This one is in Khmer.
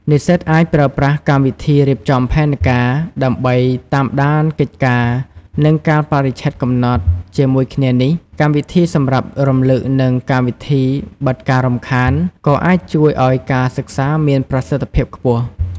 និស្សិតអាចប្រើប្រាស់កម្មវិធីរៀបចំផែនការ ដើម្បីតាមដានកិច្ចការ និងកាលបរិច្ឆេទកំណត់ ជាមួយគ្នានេះ កម្មវិធីសម្រាប់រំលឹក និងកម្មវិធីបិទការរំខាន ក៏អាចជួយឲ្យការសិក្សាមានប្រសិទ្ធភាពខ្ពស់។